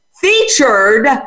featured